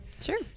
Sure